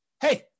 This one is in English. hey